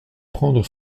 prendre